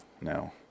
No